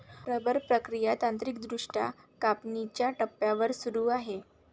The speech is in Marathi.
रबर प्रक्रिया तांत्रिकदृष्ट्या कापणीच्या टप्प्यावर सुरू होते